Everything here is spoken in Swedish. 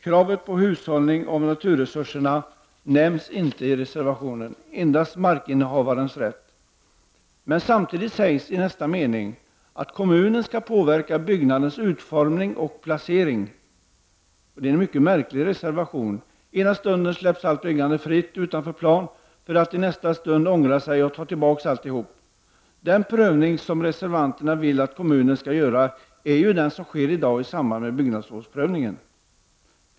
Kravet på hushållning med naturresurserna nämns inte i reservationen, endast markinne havarens rätt. Samtidigt sägs i nästa mening att kommunen skall påverka byggnadens utformning och placering. Det är en mycket märklig reservation. Ena stunden släpps allt byggande fritt utanför plan, för att i nästa stund tas tillbaka. Den prövning som reservanterna vill att kommunerna skall göra är ju den som i dag sker i samband med bygglovsprövningen.